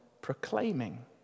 proclaiming